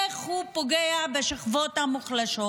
איך הוא פוגע בשכבות המוחלשות,